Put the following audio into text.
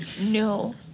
No